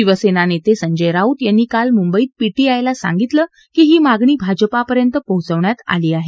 शिवसेना नेते संजय राऊत यांनी काल मुंबईत पीटीआयला सांगितलं की ही मागणी भाजपापर्यंत पोचवण्यात आली आहे